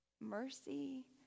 Mercy